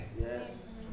Yes